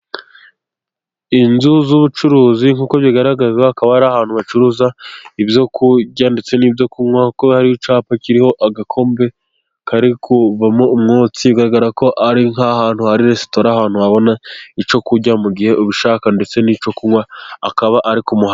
Inzu z'ubucuruzi nk'uko bigaragara akaba ari ahantu hacuruza ibyo kurya ndetse n'ibyo kunywa, kuko hari cyapa kiriho agakombe kari kuvamo umwotsi, bigaragara ko ari nk'ahantu hari Resitora ahantu wabona icyo kurya mu gihe ubishaka, ndetse n'icyo kunywa akaba ari ku muhanda.